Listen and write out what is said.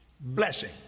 blessing